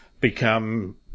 become